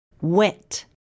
Wet